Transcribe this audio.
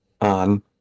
on